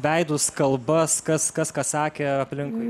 veidus kalbas kas kas ką sakė aplinkui